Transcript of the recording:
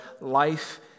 Life